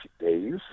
days